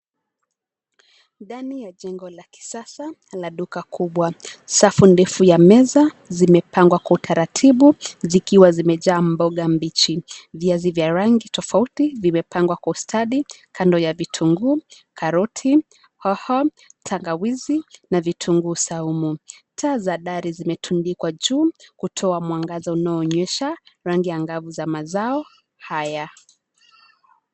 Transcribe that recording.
Ndani ya jengo la kisasa la duka kubwa. Safu ndefu ya meza zimepangwa kwa utaratibu, zikiwa zimejaa mboga mbichi. Viazi vya rangi tofauti vimepangwa kwa ustadi kando ya vitunguu, karoti, hoho, tangawizi na vitunguu saumu. Taa za dari zimetundikwa juu, kutoa mwangaza unaonyesha rangi angavu za mazao haya.